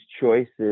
choices